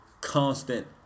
constant